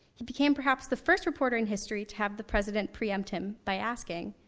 he became perhaps the first reporter in history to have the president preempt him, by asking,